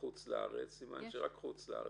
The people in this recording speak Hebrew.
חו"ל סימן שרק חו"ל.